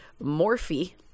Morphe